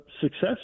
success